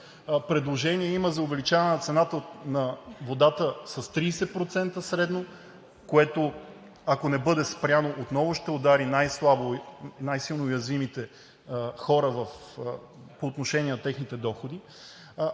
Предложение има за увеличаване на цената на водата с 30% средно, което, ако не бъде спряно, отново ще удари най-силно уязвимите хора по отношение на техните доходи,